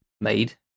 made